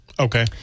Okay